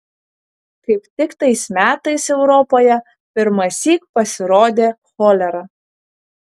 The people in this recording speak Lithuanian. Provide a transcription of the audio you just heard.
kaip tik tais metais europoje pirmąsyk pasirodė cholera